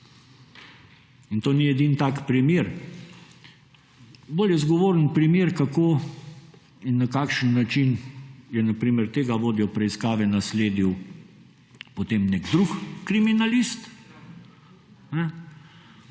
In to ni edini tak primer. Bolj je zgovoren primer, kako in na kakšen način je na primer tega vodjo preiskave nasledil potem nek drug kriminalist,